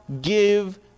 give